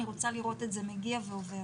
אני רוצה לראות את זה מגיע ועובד.